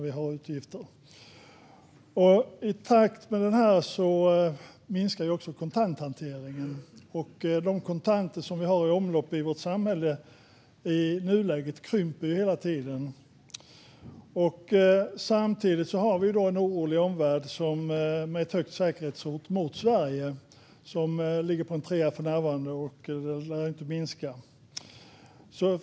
I takt med detta minskar också kontanthanteringen, och de kontanter som vi har i omlopp i vårt samhälle i nuläget krymper hela tiden. Samtidigt har vi en orolig omvärld med ett stort säkerhetshot mot Sverige. Det ligger för närvarande på en 3:a, och det lär inte minska.